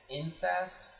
incest